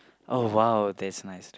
oh !wow! that's nice